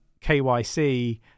kyc